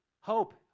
Hope